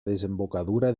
desembocadura